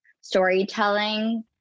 storytelling